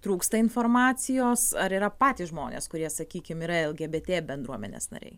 trūksta informacijos ar yra patys žmonės kurie sakykim yra lgbt bendruomenės nariai